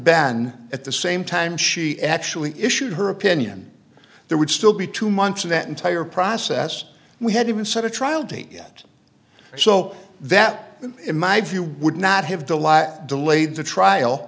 ben at the same time she actually issued her opinion there would still be two months in that entire process we had even set a trial date yet so that in my view would not have to lie or delayed the trial